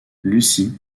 lucy